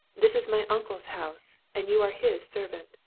this is my uncle's house, and you're his servant.